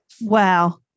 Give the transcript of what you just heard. Wow